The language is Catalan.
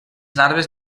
larves